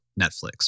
Netflix